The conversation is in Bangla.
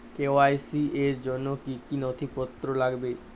কে.ওয়াই.সি র জন্য কি কি নথিপত্র লাগবে?